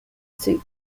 suits